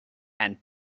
and